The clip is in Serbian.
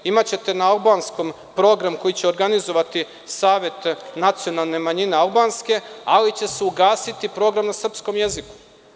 Dakle, imaćete na albanskom program koji će organizovati Savet nacionalne albanske manjine, ali će se ugasiti program na srpskom jeziku.